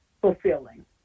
fulfilling